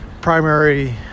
primary